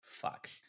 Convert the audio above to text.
fuck